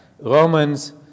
Romans